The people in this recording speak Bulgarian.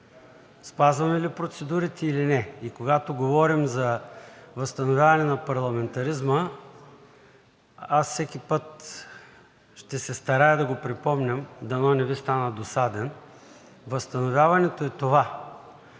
Спазваме ли процедурите или не? И когато говорим за възстановяване на парламентаризма, аз всеки път ще се старая да го припомням, дано не Ви стана досаден. Възстановяването е това